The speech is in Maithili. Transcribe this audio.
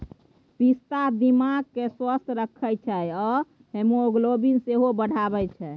पिस्ता दिमाग केँ स्वस्थ रखै छै आ हीमोग्लोबिन सेहो बढ़ाबै छै